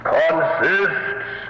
consists